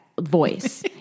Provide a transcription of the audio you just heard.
voice